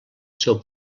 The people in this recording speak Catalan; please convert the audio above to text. seu